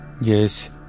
Yes